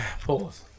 Pause